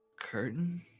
Curtain